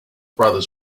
brothers